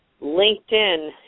LinkedIn